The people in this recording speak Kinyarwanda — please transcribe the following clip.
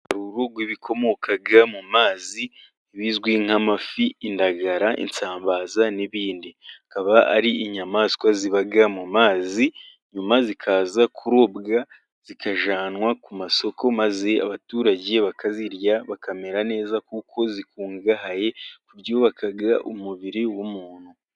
Ubwoko bw' ibikomoka mu mazi bizwi nk'amafi, indagara, isambaza n'ibindi, bikaba ari inyamaswa zibaga mu mazi, nyuma zikaza kurobwa zikajyanwa ku masoko maze, abaturage bakazirya bakamera neza, kuko zikungahaye kubyubaka umubiri w'umuntu.